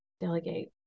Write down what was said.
delegate